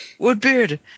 Woodbeard